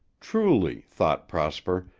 truly, thought prosper,